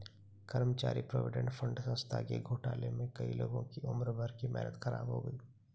कर्मचारी provident fund संस्था के घोटाले में कई लोगों की उम्र भर की मेहनत ख़राब हो गयी